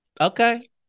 Okay